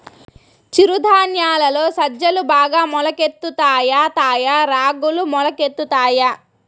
చిరు ధాన్యాలలో సజ్జలు బాగా మొలకెత్తుతాయా తాయా రాగులు మొలకెత్తుతాయా